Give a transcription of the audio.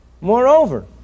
Moreover